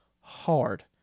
hard